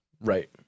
Right